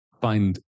find